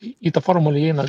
į tą formulę įeina